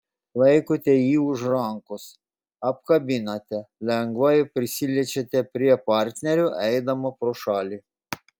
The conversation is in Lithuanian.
laikote jį už rankos apkabinate lengvai prisiliečiate prie partnerio eidama pro šalį